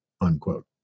unquote